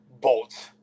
bolts